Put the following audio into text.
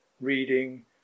Reading